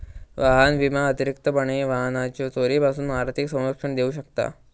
वाहन विमा अतिरिक्तपणे वाहनाच्यो चोरीपासून आर्थिक संरक्षण देऊ शकता